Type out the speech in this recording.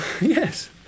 Yes